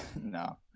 No